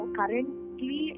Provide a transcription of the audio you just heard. currently